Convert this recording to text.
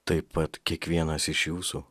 taip pat kiekvienas iš jūsų